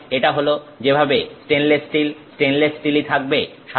সুতরাং এটা হলো যেভাবে স্টেনলেস স্টিল স্টেনলেস স্টিলই থাকবে